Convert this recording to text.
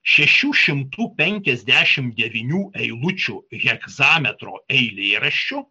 šešių šimtų penkiasdešimt devynių eilučių hegzametro eilėraščiu